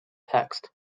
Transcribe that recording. text